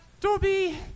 Dobby